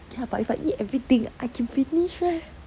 ya but if I eat everything I can finish meh